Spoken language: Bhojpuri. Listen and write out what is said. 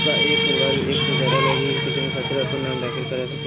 का एक परिवार में एक से ज्यादा लोग एक ही योजना के खातिर आपन नाम दाखिल करा सकेला?